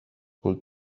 will